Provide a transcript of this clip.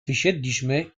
wysiedliśmy